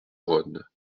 rhône